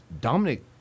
Dominic